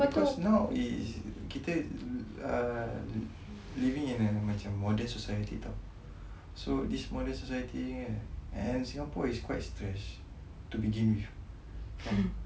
because now is kita living in a modern society [tau] so this modern society and singapore is quite strange to begin with faham